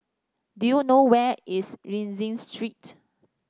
do you know where is Rienzi Street